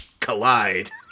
collide